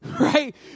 Right